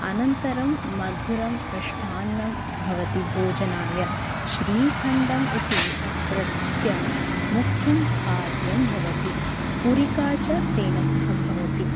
अनन्तरं मधुरं मिष्ठान्नं भवति भोजनाय श्रीखण्डम् इति अत्रत्यं मुख्यं खाद्यं भवति पूरिका च तेन सह भवति